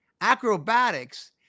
acrobatics